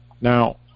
Now